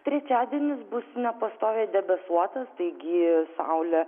trečiadienis bus nepastoviai debesuotas taigi saulė